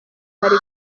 bari